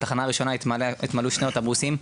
בתחנה הראשונה התמלאו שני אוטובוסים,